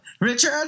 Richard